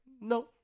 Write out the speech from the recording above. no